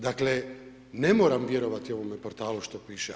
Dakle, ne moram vjerovati ovome portalu što piše.